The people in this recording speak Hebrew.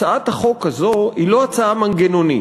הצעת החוק הזאת היא לא הצעה מנגנונית.